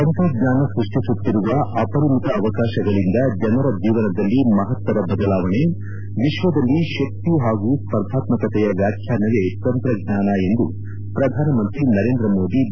ತಂತ್ರಜ್ಞಾನ ಸ್ಟಷ್ಸುತ್ತಿರುವ ಅಪರಿಮಿತ ಅವಕಾಶಗಳಿಂದ ಜನರ ಜೀವನದಲ್ಲಿ ಮಹತ್ತರ ಬದಲಾವಣೆ ವಿಶ್ವದಲ್ಲಿ ಶಕ್ತಿ ಹಾಗೂ ಸ್ಪರ್ಧಾತ್ಮಕತೆಯ ವ್ಯಾಖ್ಯನವೇ ತಂತ್ರಜ್ಞಾನ ಎಂದು ಪ್ರಧಾನಮಂತ್ರಿ ನರೇಂದ್ರ ಮೋದಿ ಬಣ್ಣನೆ